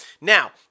now